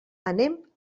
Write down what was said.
anem